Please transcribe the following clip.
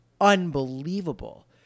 unbelievable